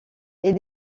est